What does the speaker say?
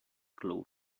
glowed